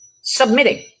submitting